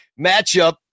matchup